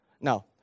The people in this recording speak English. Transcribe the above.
Now